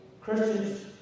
Christians